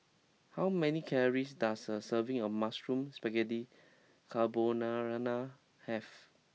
how many calories does a serving of Mushroom Spaghetti Carbonara have